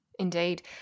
Indeed